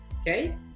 Okay